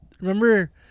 Remember